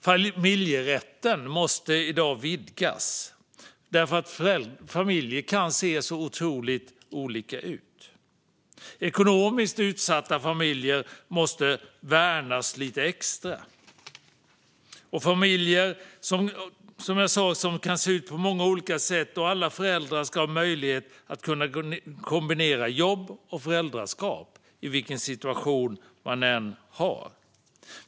Familjerätten måste i dag vidgas, eftersom familjer kan se så otroligt olika ut. Ekonomiskt utsatta familjer måste värnas lite extra. Familjer kan som sagt se ut på många olika sätt, och alla föräldrar ska ha möjlighet att kombinera jobb och föräldraskap vilken situation man än har.